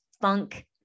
funk